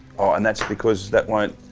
oh and that's because that won't,